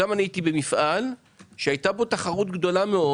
גם אני הייתי במפעל שהתחרות בו הייתה גדולה מאוד.